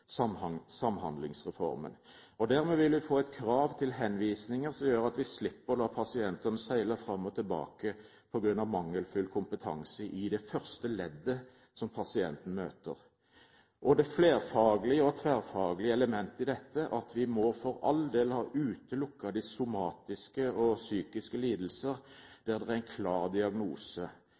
til Samhandlingsreformen. Dermed vil vi få et krav til henvisninger som gjør at vi slipper å la pasientene seile fram og tilbake på grunn av mangelfull kompetanse i det første leddet som pasienten møter. Det flerfaglige og tverrfaglige elementet i dette er at vi for all del må ha utelukket de somatiske og psykiske lidelser, der det er en klar diagnose,